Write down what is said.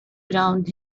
around